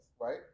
right